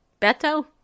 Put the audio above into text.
Beto